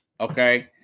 okay